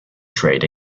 trade